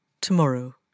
tomorrow